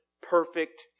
perfect